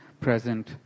present